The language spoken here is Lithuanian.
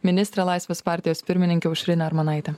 ministrę laisvės partijos pirmininkę aušrinę armonaitę